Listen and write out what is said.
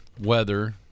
weather